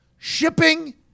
Shipping